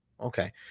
Okay